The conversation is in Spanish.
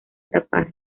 tapar